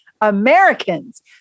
Americans